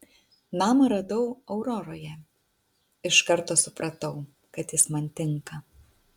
namą radau auroroje iš karto supratau kad jis man tinka